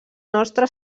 nostra